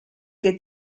che